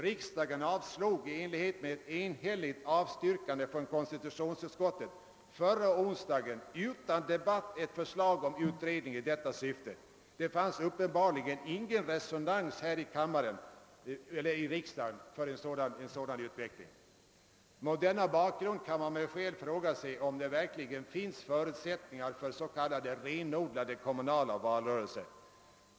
Riksdagen avslog i enlighet med ett enhälligt avstyrkande från konstitutionsutskottet förra onsdagen utan debatt ett förslag om utredning i detta syfte. Det finns näppeligen någon resonans i riksdagen för en utveckling i denna riktning. Mot denna bakgrund kan man med skäl fråga sig, om det finns förutsättningar för s.k. renodlade kommunala valrörelser.